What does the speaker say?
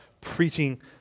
preaching